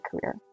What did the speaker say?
career